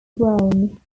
browne